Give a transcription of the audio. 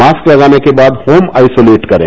माक्स लगाने के बाद होम आईसुलीट करें